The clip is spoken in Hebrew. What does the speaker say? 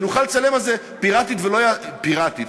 שנוכל לצלם פיראטית "פיראטית",